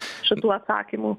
šitų atsakymų